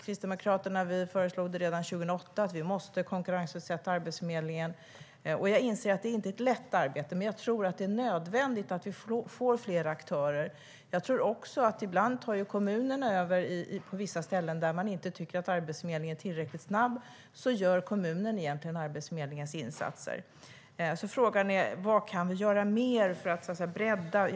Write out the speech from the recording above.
Kristdemokraterna föreslog redan 2008 att Arbetsförmedlingen skulle konkurrensutsättas. Jag inser att det inte är ett lätt arbete, men jag tror att det är nödvändigt med fler aktörer. Ibland tar också kommunerna över på vissa ställen. När man inte tycker att Arbetsförmedlingen är tillräckligt snabb gör kommunen egentligen Arbetsförmedlingens insatser. Frågan är vad mer vi kan göra för att bredda det.